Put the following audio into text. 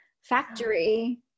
factory